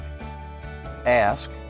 Ask